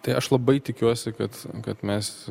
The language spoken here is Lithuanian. tai aš labai tikiuosi kad kad mes